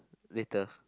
later